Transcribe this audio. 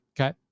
okay